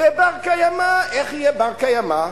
ובר-קיימא, איך יהיה בר-קיימא?